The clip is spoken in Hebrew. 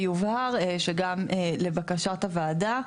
ויובהר שגם לבקשת הוועדה,